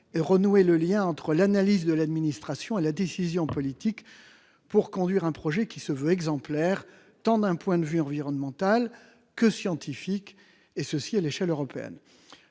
et renouez le lien entre l'analyse de l'administration et la décision politique, pour conduire un projet qui se veut exemplaire, d'un point de vue à la fois environnemental et scientifique, et ce à l'échelle européenne.